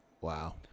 Wow